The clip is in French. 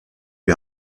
lui